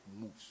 moves